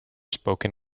spoken